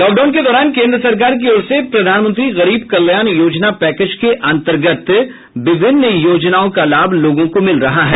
lockdown के दौरान केन्द्र सरकार की ओर से प्रधानमंत्री गरीब कल्याण योजना पैकेज के अंतर्गत और विभिन्न योजनाओं का लाभ लोगों को मिल रहा है